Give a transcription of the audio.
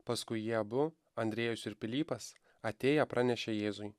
paskui jie abu andriejus ir pilypas atėję pranešė jėzui